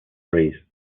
breeze